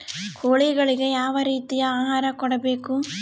ಕೋಳಿಗಳಿಗೆ ಯಾವ ರೇತಿಯ ಆಹಾರ ಕೊಡಬೇಕು?